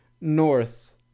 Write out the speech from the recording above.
north